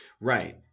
Right